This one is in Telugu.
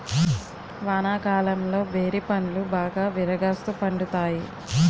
వానాకాలంలో బేరి పండ్లు బాగా విరాగాస్తు పండుతాయి